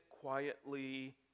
quietly